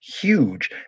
huge